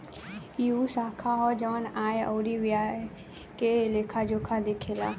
ई उ शाखा ह जवन आय अउरी व्यय के लेखा जोखा देखेला